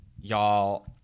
y'all